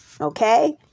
Okay